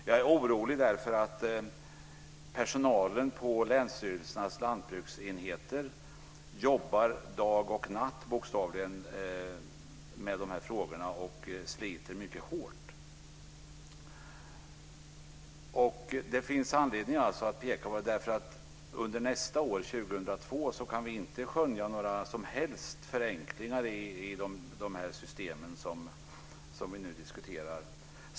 Jag är orolig därför att personalen på länsstyrelsernas lantbruksenheter bokstavligen jobbar dag och natt med de här frågorna och sliter mycket hårt. Det finns anledning att peka på detta också därför att vi under nästa år, 2002, inte kan skönja några som helst förenklingar i de system som vi nu diskuterar.